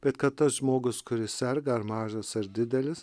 bet kad tas žmogus kuris serga ar mažas ar didelis